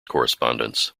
correspondence